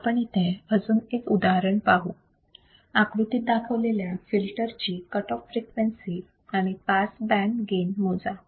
आपण अजून एक उदाहरण पाहू आकृतीत दाखवलेल्या फिल्टरची कट ऑफ फ्रिक्वेन्सी आणि पास बँड गेन मोजा